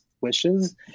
wishes